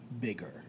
bigger